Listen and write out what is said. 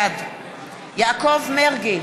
בעד יעקב מרגי,